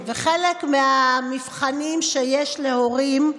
וחלק מהמבחנים שיש להורים הוא